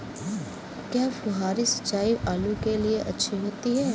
क्या फुहारी सिंचाई आलू के लिए अच्छी होती है?